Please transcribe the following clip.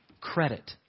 credit